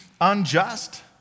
unjust